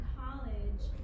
college